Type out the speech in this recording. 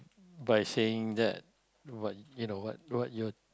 by saying that what you know what what you